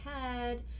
head